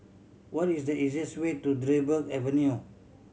what is the easiest way to Dryburgh Avenue